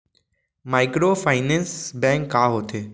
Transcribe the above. Microfinance bank का होथे?